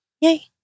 Yay